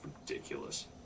ridiculous